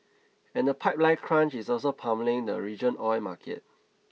and the pipeline crunch is also pummelling the region oil market